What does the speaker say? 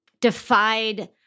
defied